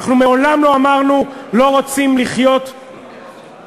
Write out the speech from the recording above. אנחנו מעולם לא אמרנו: לא רוצים לחיות ביחד.